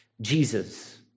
Jesus